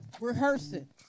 rehearsing